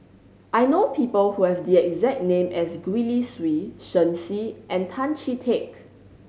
I know people who have the exact name as Gwee Li Sui Shen Xi and Tan Chee Teck